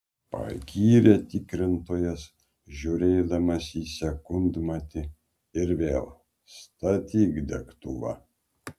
pagyrė tikrintojas žiūrėdamas į sekundmatį ir vėl statyk degtuvą